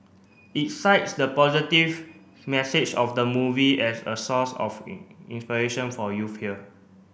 it cites the positive message of the movie as a source of in inspiration for youth here